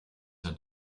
had